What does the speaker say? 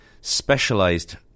specialized